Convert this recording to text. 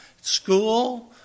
school